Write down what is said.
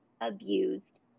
abused